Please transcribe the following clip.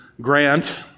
Grant